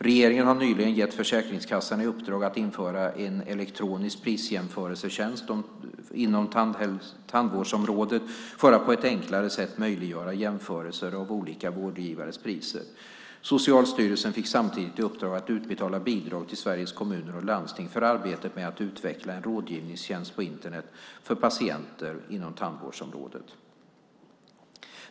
Regeringen har nyligen gett Försäkringskassan i uppdrag att införa en elektronisk prisjämförelsetjänst inom tandvårdsområdet för att på ett enklare sätt möjliggöra jämförelser av olika vårdgivares priser. Socialstyrelsen fick samtidigt i uppdrag att utbetala bidrag till Sveriges Kommuner och Landsting för arbetet med att utveckla en rådgivningstjänst på Internet för patienter inom tandvårdsområdet.